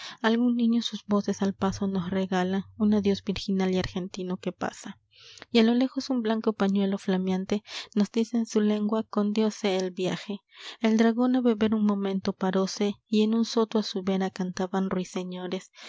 algún niño sus voces al paso nos regala un adiós virginal y argentino que pasa v a lo lejos un blanco pañuelo flameante nos dice en su lengua con dios sea el viaje el dragón a beber un momento paróse y en un soto a su vera cantaban ruiseñores